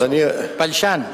בלשן.